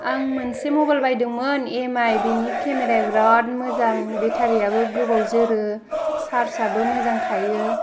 आं मोनसे मबाइल बायदोंमोन एम आइ बिनि केमेराया बिरात मोजां बेटारियाबो गोबाव जोरो सार्जाबो मोजां थायो